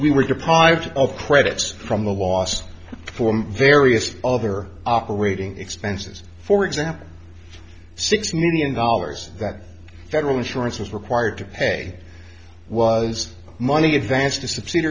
we were deprived of credits from the last form various other operating expenses for example six million dollars that federal insurance was required to pay was money advanced to su